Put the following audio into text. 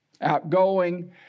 outgoing